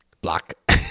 block